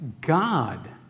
God